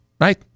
right